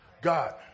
God